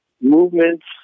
movements